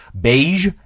beige